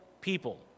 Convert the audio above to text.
people